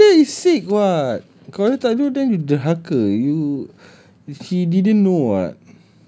the father is sick [what] kalau you tak do then you derhaka you she didn't know [what]